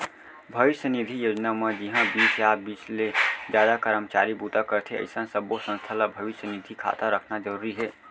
भविस्य निधि योजना म जिंहा बीस या बीस ले जादा करमचारी बूता करथे अइसन सब्बो संस्था ल भविस्य निधि खाता रखना जरूरी हे